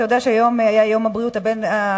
אתה יודע שהיום היה יום הבריאות העולמי,